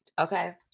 Okay